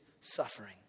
suffering